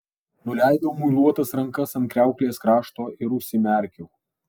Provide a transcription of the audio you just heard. nuleidau muiluotas rankas ant kriauklės krašto ir užsimerkiau